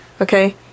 Okay